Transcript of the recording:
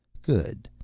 good.